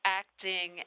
acting